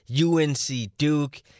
UNC-Duke